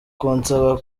kunsaba